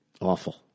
Awful